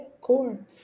core